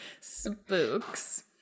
Spooks